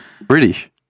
British